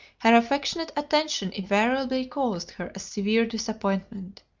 her affectionate attention invariably caused her a severe disappointment.